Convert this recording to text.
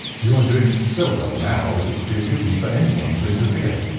you are doing so well now that it would be a pity for anyone to interfere.